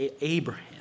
Abraham